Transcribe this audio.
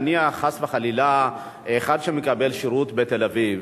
נניח חס וחלילה אחד שמקבל שירות בתל-אביב,